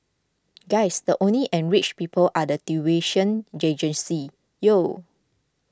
guys the only enriched people are the tuition yo